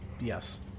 yes